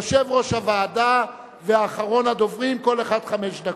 יושב-ראש הוועדה ואחרון הדוברים, כל אחד חמש דקות,